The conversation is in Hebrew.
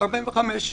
45 דקות.